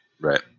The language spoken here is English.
Right